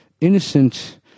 innocent